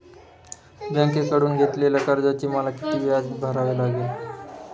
बँकेकडून घेतलेल्या कर्जाचे मला किती व्याज भरावे लागेल?